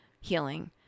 healing